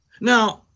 Now